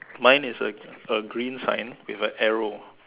mine is a a green sign with a arrow